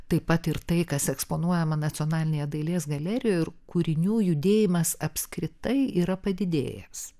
taip pat ir tai kas eksponuojama nacionalinėje dailės galerijoje ir kūrinių judėjimas apskritai yra padidėjęs